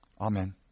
Amen